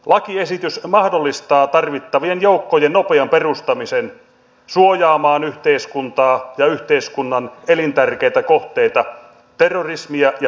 lakiesitys mahdollistaa tarvittavien joukkojen nopean perustamisen suojaamaan yhteiskuntaa ja yhteiskunnan elintärkeitä kohteita terrorismia ja tuholaistoimintaa vastaan